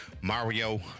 Mario